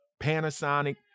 Panasonic